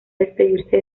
despedirse